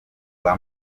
rwa